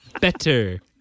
Better